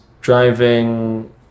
driving